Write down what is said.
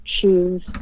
choose